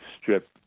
strip